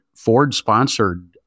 Ford-sponsored